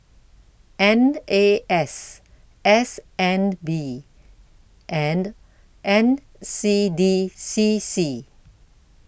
N A S S N B and N C D C C